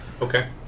Okay